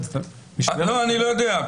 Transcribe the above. לא, אני לא יודע.